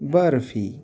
barfi